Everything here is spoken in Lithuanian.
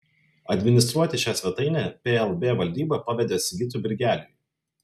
administruoti šią svetainę plb valdyba pavedė sigitui birgeliui